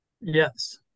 yes